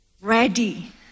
ready